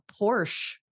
Porsche